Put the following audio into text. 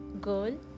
girl